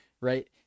right